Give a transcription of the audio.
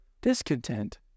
discontent